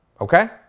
okay